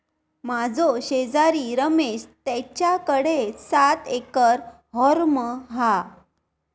माझो शेजारी रमेश तेच्याकडे सात एकर हॉर्म हा